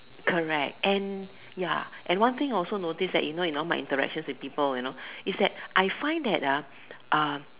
correct and ya and one thing I also noticed that you know in all my interactions with people you know is that I find that ah uh